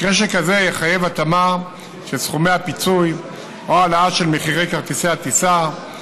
מקרה שכזה יחייב התאמה של סכומי הפיצוי או העלאה של מחירי כרטיסי הטיסה,